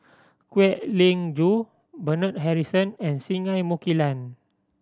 Kwek Leng Joo Bernard Harrison and Singai Mukilan